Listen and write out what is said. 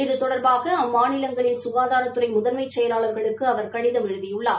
இது தொடர்பாக அம்மாநிலங்களின் சுகாதாரத்துறை முதன்மை செயலாளர்களுக்கு அவர் கடிதம் எழுதியுள்ளார்